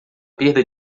perda